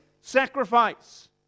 sacrifice